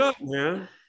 man